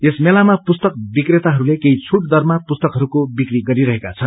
यस मेलामा पुस्तक विक्रेताहरूले केही छुट दरमा पुस्तकहरूको विक्री गरिरहेका छन्